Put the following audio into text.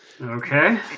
Okay